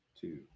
two